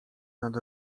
nad